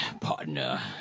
partner